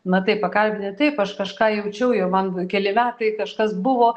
na tai pakalbini taip aš kažką jaučiau jau man keli metai kažkas buvo